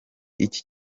iki